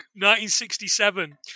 1967